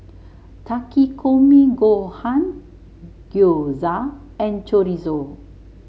Takikomi Gohan Gyoza and Chorizo